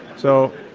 so